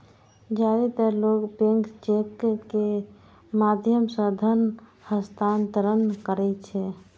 जादेतर लोग bank cheque के माध्यम सं धन हस्तांतरण करै छै